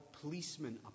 policeman